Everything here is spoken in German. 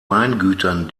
weingütern